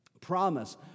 promise